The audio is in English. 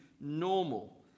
normal